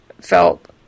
felt